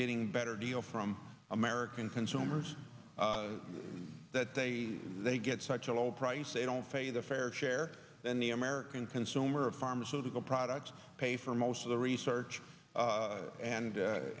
getting better deal from american consumers and that they get such a low price they don't pay the fair share then the american consumer of pharmaceutical products pay for most of the research and and